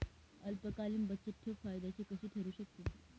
अल्पकालीन बचतठेव फायद्याची कशी ठरु शकते?